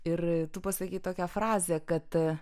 ir tu pasakei tokią frazę kad